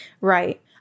right